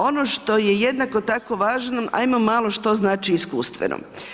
Ono što je jednako tako važno, ajmo malo što znači iskustveno.